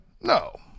No